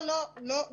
לא.